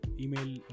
email